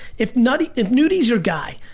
if nudy if nudy is your guy,